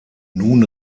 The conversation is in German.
nun